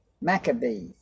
Maccabees